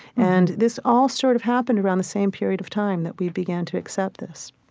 and this all sort of happened around the same period of time that we began to accept this